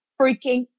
freaking